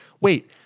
wait